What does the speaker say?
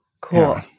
Cool